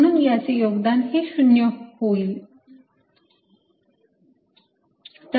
म्हणून यांचे योगदान हे 0 होते